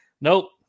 Nope